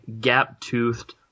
gap-toothed